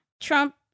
Trump